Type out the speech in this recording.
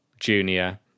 junior